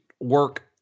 work